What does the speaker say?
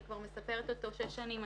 אני כבר מספרת אותו שש שנים.